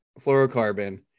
fluorocarbon